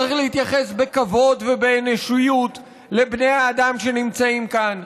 צריך להתייחס בכבוד ובאנושיות לבני האדם שנמצאים כאן.